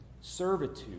servitude